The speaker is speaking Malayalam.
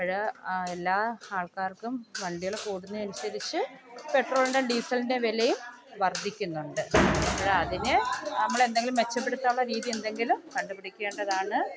ഇപ്പോൾ എല്ലാ ആൾക്കാർക്കും വണ്ടികൾ കൂടുന്നത് അനുസരിച്ച് പെട്രോളിൻ്റെ ഡീസലിൻ്റെ വിലയും വർധിക്കുന്നുണ്ട് അതിന് നമ്മൾ എന്തെങ്കിലും മെച്ചപ്പെടുത്താനുള്ള രീതി എന്തെങ്കിലും കണ്ട് പിടിക്കേണ്ടതാണ്